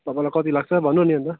तपाईँलाई कति लाग्छ भन्नु नि अन्त